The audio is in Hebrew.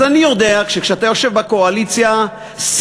אז אני יודע שכשאתה יושב בקואליציה שכלך